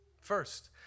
First